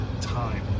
time